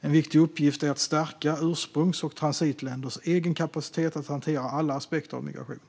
En viktig uppgift är att stärka ursprungs och transitländers egen kapacitet att hantera alla aspekter av migration.